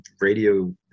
radio